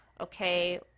okay